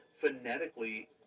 phonetically